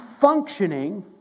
functioning